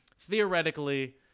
Theoretically